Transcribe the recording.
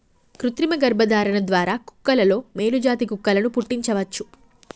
కృతిమ గర్భధారణ ద్వారా కుక్కలలో మేలు జాతి కుక్కలను పుట్టించవచ్చు